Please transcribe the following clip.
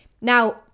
Now